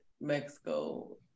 Mexico